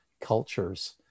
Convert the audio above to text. cultures